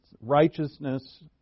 righteousness